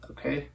Okay